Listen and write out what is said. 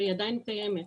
שהיא עדיין קיימת.